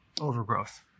overgrowth